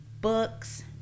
books